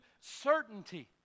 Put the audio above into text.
certainty